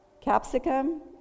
capsicum